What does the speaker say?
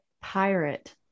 pirate